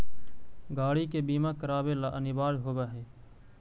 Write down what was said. गाड़ि के बीमा करावे ला अनिवार्य होवऽ हई